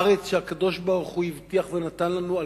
הארץ שהקדוש-ברוך-הוא הבטיח ונתן לנו,